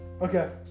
Okay